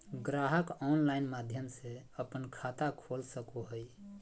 ग्राहक ऑनलाइन माध्यम से अपन खाता खोल सको हइ